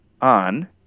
on